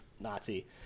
Nazi